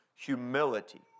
Humility